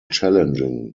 challenging